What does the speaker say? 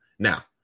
Now